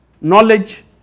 knowledge